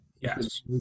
Yes